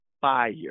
fire